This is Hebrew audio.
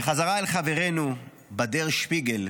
וחזרה אל חברינו בדר-שפיגל,